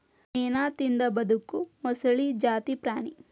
ಮೇನಾ ತಿಂದ ಬದಕು ಮೊಸಳಿ ಜಾತಿ ಪ್ರಾಣಿ